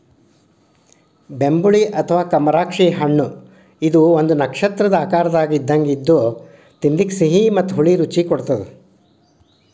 ಬೆಂಬುಳಿ ಅಥವಾ ಕಮರಾಕ್ಷಿ ಹಣ್ಣಇದು ಒಂದು ನಕ್ಷತ್ರದ ಆಕಾರದಂಗ ಇದ್ದು ತಿನ್ನಲಿಕ ಸಿಹಿ ಮತ್ತ ಹುಳಿ ರುಚಿ ಕೊಡತ್ತದ